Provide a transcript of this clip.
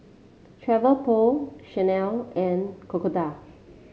Travelpro Chanel and Crocodile